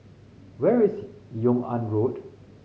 where is Yung An Road